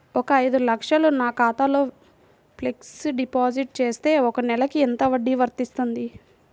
ఒక ఐదు లక్షలు నా ఖాతాలో ఫ్లెక్సీ డిపాజిట్ చేస్తే ఒక నెలకి ఎంత వడ్డీ వర్తిస్తుంది?